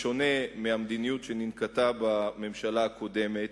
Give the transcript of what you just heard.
בשונה מהמדיניות שננקטה בממשלה הקודמת,